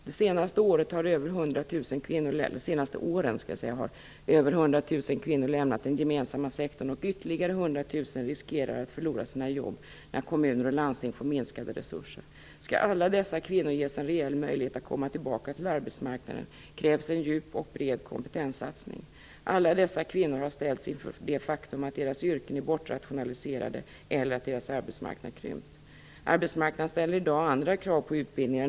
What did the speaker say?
De senaste åren har över 100 000 kvinnor lämnat den gemensamma sektorn och ytterligare 100 000 riskerar att förlora sina jobb när kommuner och landsting får minskade resurser. Skall alla dessa kvinnor ges en reell möjlighet att komma tillbaka till arbetsmarknaden krävs en djup och bred kompetenssatsning. Alla dessa kvinnor har ställts inför det faktum att deras yrken är bortrationaliserade eller att deras arbetsmarknad krympt. Arbetsmarknaden ställer i dag andra krav på utbildning.